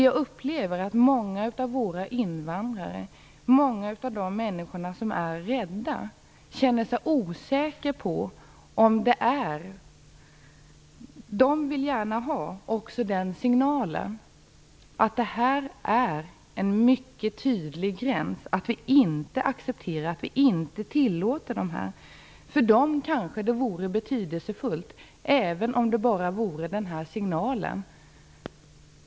Jag upplever att många av våra invandrare och många som känner sig rädda gärna vill ha en signal om att det här finns en mycket tydlig gräns och att vi inte tillåter detta. För dem kanske detta vore betydelsefullt, även om det bara är en signal.